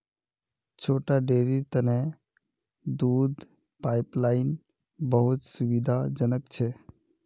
छोटा डेरीर तने दूध पाइपलाइन बहुत सुविधाजनक छ